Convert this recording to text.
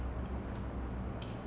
charlie chaplin two